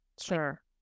Sure